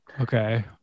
okay